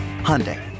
Hyundai